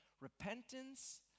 repentance